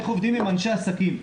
איך עובדים עם אנשי עסקים.